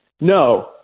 no